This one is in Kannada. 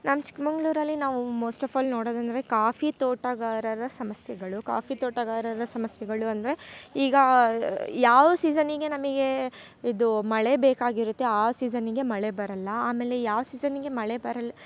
ನಮ್ಮ ಚಿಕ್ಕಮಗಳೂರಲ್ಲಿ ನಾವು ಮೊಸ್ಟ್ ಆಫ್ ಆಲ್ ನೋಡೋದಂದರೆ ಕಾಫಿ ತೋಟಗಾರರ ಸಮಸ್ಸೆಗಳು ಕಾಫಿ ತೋಟಗಾರರ ಸಮಸ್ಸೆಗಳು ಅಂದರೆ ಈಗ ಯಾವ ಸೀಸನ್ನಿಗೆ ನಮಗೆ ಇದು ಮಳೆ ಬೇಕಾಗಿರುತ್ತೆ ಆ ಸೀಸನಿಗೆ ಮಳೆ ಬರಲ್ಲ ಆಮೇಲೆ ಯಾವ ಸೀಸನಿಗೆ ಮಳೆ ಬರಲ್ಲ